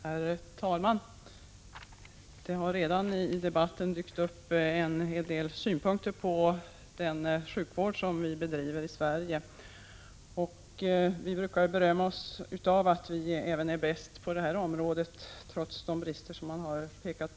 Herr talman! I debatten har det redan dykt upp en hel del synpunkter på den sjukvård som bedrivs i Sverige. Vi brukar berömma oss av att vara bäst även på detta område, trots de brister som har påpekats.